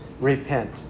Repent